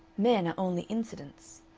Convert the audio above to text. men are only incidents.